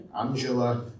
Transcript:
Angela